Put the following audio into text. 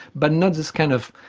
but not this kind of